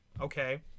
okay